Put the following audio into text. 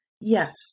Yes